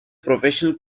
professional